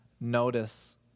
notice